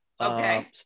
okay